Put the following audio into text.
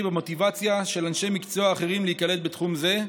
ובמוטיבציה של אנשי מקצוע אחרים להיקלט בתחום זה.